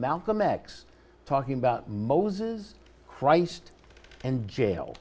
malcolm x talking about moses christ and jail